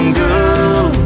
girl